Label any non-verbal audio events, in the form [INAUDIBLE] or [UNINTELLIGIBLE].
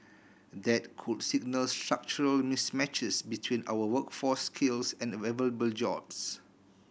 that could signal structural mismatches between our workforce skills and [UNINTELLIGIBLE] jobs